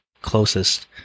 closest